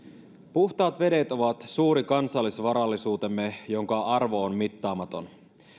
puhtaat vedet ovat suuri kansallisvarallisuutemme jonka arvo on mittaamaton